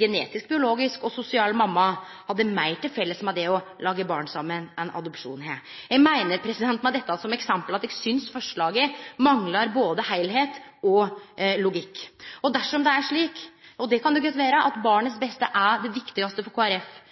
genetisk, biologisk og sosial mamma, hadde meir til felles med det å lage barn saman enn det adopsjon har. Eg meiner med dette som eksempel at forslaget manglar både heilskap og logikk. Dersom det er slik – og det kan godt vere at barnets beste er det viktigaste for